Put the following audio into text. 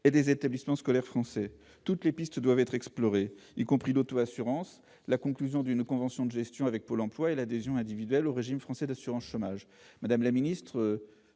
et des établissements scolaires français. Toutes les pistes doivent être explorées, y compris l'auto-assurance, la conclusion d'une convention de gestion avec Pôle emploi et l'adhésion individuelle au régime français d'assurance chômage. Madame la ministre,